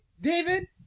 David